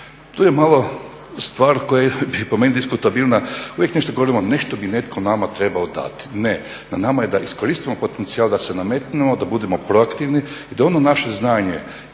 To je malo stvar koja je po meni diskutabilna. Uvijek nešto govorimo, nešto bi netko nama trebao dati. Ne, na nama je da iskoristimo potencijal, da se nametnemo, da budemo proaktivni i da ono naše znanje